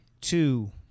two